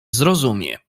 zrozumie